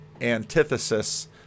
antithesis